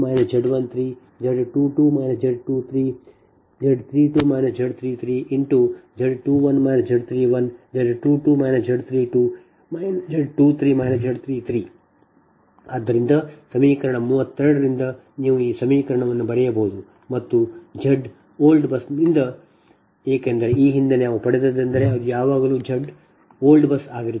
ಆದ್ದರಿಂದ ಸಮೀಕರಣ 32 ನಾವು ಈ ರೀತಿ ಬರೆದರೆ ಈ ZBUSNEWZBUSOLD 1Z22ZbZ33 2Z23Z12 Z13 Z22 Z23 Z32 Z33 Z21 Z31 Z22 Z32 Z23 Z33 ಆದ್ದರಿಂದ ಸಮೀಕರಣ 32 ರಿಂದ ನೀವು ಈ ಸಮೀಕರಣವನ್ನು ಬರೆಯಬಹುದು ಮತ್ತು ZBUSOLD ನಿಂದ ಎಂದರೆ ಈ ಹಿಂದೆ ನಾವು ಪಡೆದದ್ದೆಂದರೆ ಅದು ಯಾವಾಗಲೂ ZBUSOLDಆಗಿರುತ್ತದೆ